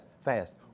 fast